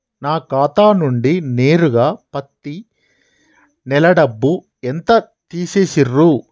నా ఖాతా నుండి నేరుగా పత్తి నెల డబ్బు ఎంత తీసేశిర్రు?